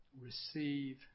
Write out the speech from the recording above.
receive